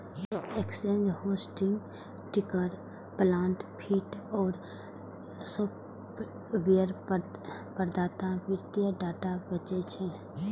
exchange, hosting, ticker plant feed आ software प्रदाता वित्तीय डाटा बेचै छै